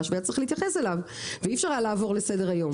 וצריך להתייחס אליו ואי אפשר היה לעבור לסדר היום.